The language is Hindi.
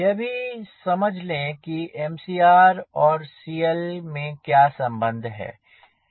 यह भी समझ ले कि Mcr और CL में क्या संबंध है